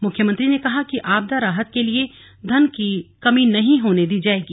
मुख्यमंत्री ने कहा कि आपदा राहत के लिये धन की कमी न होने दी जायेगी